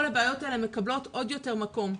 כל הבעיות האלה מקבלות עוד יותר מקום.